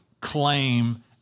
claim